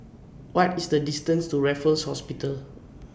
What IS The distance to Raffles Hospital